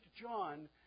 John